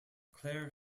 claire